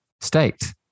state